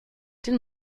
den